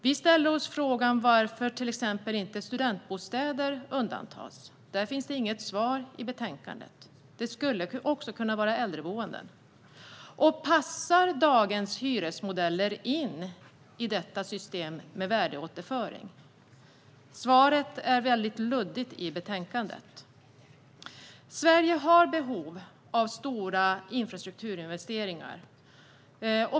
Vi undrar också varför exempelvis studentbostäder inte undantas. Om detta finns det inget svar i betänkandet. Det här skulle också kunna gälla äldreboenden. Passar dagens hyresmodeller in i systemet med värdeåterföring? Svaret i betänkandet är väldigt luddigt. Sverige har behov av stora infrastrukturinvesteringar.